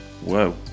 Whoa